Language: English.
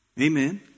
Amen